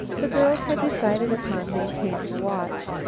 the girls had decided upon maintaining a watch.